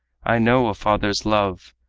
i know a father's love.